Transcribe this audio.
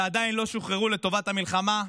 ועדיין לא שוחררו לטובת המלחמה,